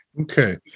Okay